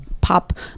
pop